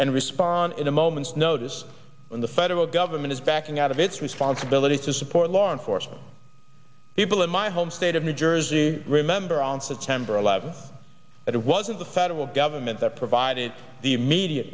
and respond in a moment's notice when the federal government is backing out of its responsibility to support law enforcement people in my home state of new jersey remember on september eleventh it wasn't the federal government that provided the immediate